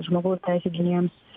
žmogaus teisių gynėjams